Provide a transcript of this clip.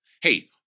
Hey